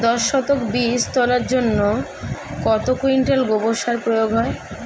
দশ শতক বীজ তলার জন্য কত কুইন্টাল গোবর সার প্রয়োগ হয়?